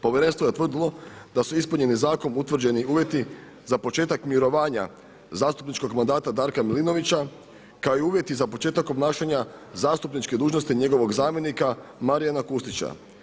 Povjerenstvo je utvrdilo da su ispunjeni zakonom utvrđeni uvjeti za početak mirovanja zastupničkog mandata Darka Milinovića kao i uvjeti za početak obnašanja zastupničke dužnosti njegovog zamjenika Marijana Kustića.